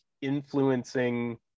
influencing